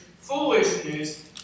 foolishness